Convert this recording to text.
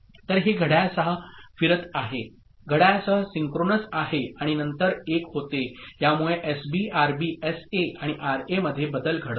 तर हे घड्याळासह फिरत आहे घड्याळासह सिंक्रोनस आहे आणि नंतर 1 होते यामुळे एसबी आरबी एसए आणि आरएमध्ये बदल घडतात